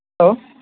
hello